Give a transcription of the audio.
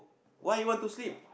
why you want to sleep